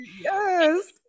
yes